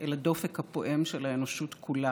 אל הדופק הפועם של האנושות כולה,